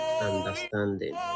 understanding